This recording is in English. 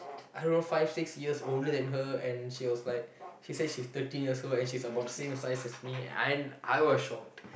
I don't know five six years older than her and she was like she said she's thirteen years old and she's about the same size as me and I was shocked